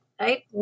right